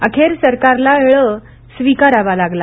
अखेर सरकारला ळ स्वीकारावा लागला